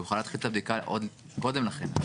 הוא יוכל להתחיל את הבדיקה עוד קודם לכן.